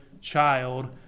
child